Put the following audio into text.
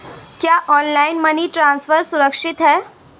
क्या online money transfer सुरक्षित है?